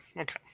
Okay